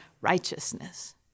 righteousness